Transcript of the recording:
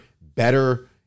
better –